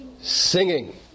singing